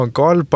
call